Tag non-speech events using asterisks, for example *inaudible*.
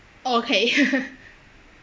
okay *laughs*